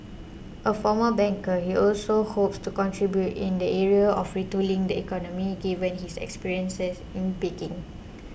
a former banker he also hopes to contribute in the area of retooling the economy given his experiences in baking